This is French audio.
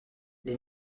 les